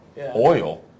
Oil